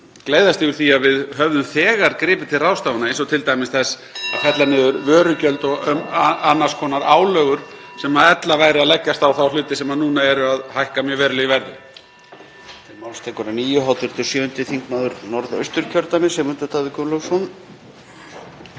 gleðjast yfir því að við höfðum þegar gripið til ráðstafana, eins og t.d. þess að fella niður vörugjöld og annars konar álögur, sem ella myndu leggjast á þá hluti sem nú eru að hækka mjög verulega í verði.